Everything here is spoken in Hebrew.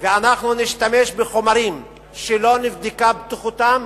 ואנחנו נשתמש בחומרים שלא נבדקה בטיחותם,